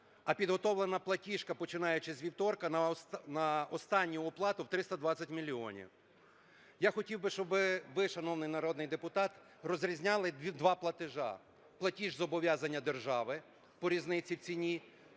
а підготовлена платіжка, починаючи з вівторка, на останню оплату в 320 мільйонів. Я хотів би, щоби ви, шановний народний депутат, розрізняли два платежі: платіж-зобов'язання держави по різниці в ціні